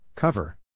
Cover